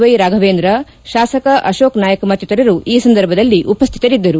ವ್ಯೆರಾಫವೇಂದ್ರ ಶಾಸಕ ಅಶೋಕ್ ನಾಯಕ್ ಮತ್ತಿತರರು ಉಪ್ಟುತರಿದ್ದರು